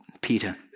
Peter